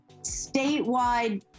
statewide